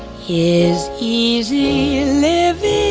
he is easy living